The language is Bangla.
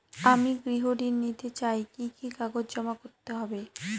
আমি গৃহ ঋণ নিতে চাই কি কি কাগজ জমা করতে হবে?